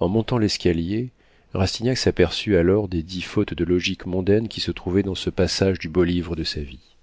en montant l'escalier rastignac s'aperçut alors des dix fautes de logique mondaine qui se trouvaient dans ce passage du beau livre de sa vie